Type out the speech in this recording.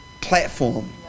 platform